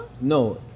No